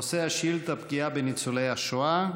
נושא השאילתה: פגיעה בניצולי השואה.